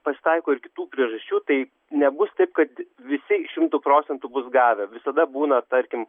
pasitaiko ir kitų priežasčių tai nebus taip kad visi šimtu procentų bus gavę visada būna tarkim